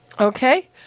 Okay